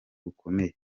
bukomeye